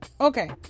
Okay